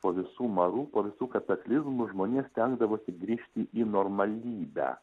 po visų marų po visų kataklizmų žmonija stengdavosi grįžti į normalybę